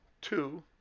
Two